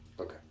Okay